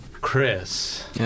Chris